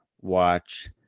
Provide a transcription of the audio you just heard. watch